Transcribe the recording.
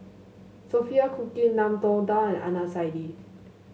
Sophia Cooke Ngiam Tong Dow and Adnan Saidi